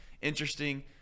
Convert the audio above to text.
interesting